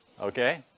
Okay